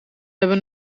hebben